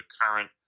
current